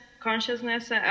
consciousness